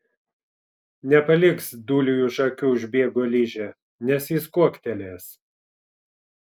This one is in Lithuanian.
nepaliks dūliui už akių užbėgo ližė nes jis kuoktelėjęs